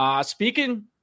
Speaking